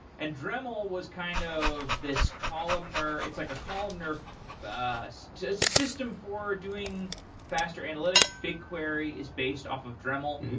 and dreaml was kind of this columnar it's like a columnar it's a system for doing faster analytics. big query is based off of dreaml.